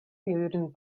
würden